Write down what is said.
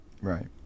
Right